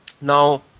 Now